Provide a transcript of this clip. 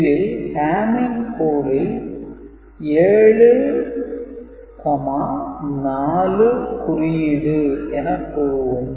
இதில் hamming code ல் 7 4குறியீடு எனக் கூறுவோம்